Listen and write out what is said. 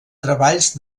treballs